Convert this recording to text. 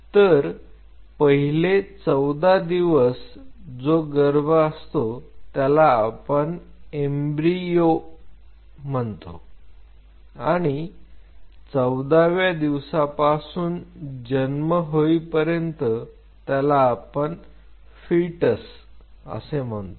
तर पहिले 14 दिवस जो गर्भ असतो त्याला आपण एम्ब्रियो भ्रुणम्हणतो आणि 14 व्या दिवसापासून जन्म होईपर्यंत त्याला आपण फिटस भ्रुण असे म्हणतो